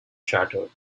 shattered